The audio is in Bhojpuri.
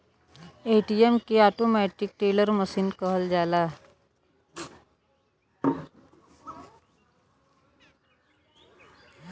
ए.टी.एम के ऑटोमेटिक टेलर मसीन कहल जाला